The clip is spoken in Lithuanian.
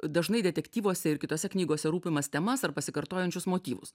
dažnai detektyvuose ir kitose knygose rūpimas temas ar pasikartojančius motyvus